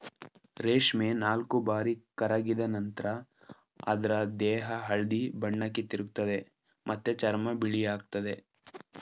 ರೇಷ್ಮೆ ನಾಲ್ಕುಬಾರಿ ಕರಗಿದ ನಂತ್ರ ಅದ್ರ ದೇಹ ಹಳದಿ ಬಣ್ಣಕ್ಕೆ ತಿರುಗ್ತದೆ ಮತ್ತೆ ಚರ್ಮ ಬಿಗಿಯಾಗ್ತದೆ